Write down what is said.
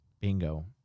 Bingo